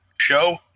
Show